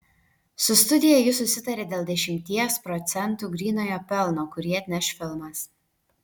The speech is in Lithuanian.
su studija jis susitarė dėl dešimties procentų grynojo pelno kurį atneš filmas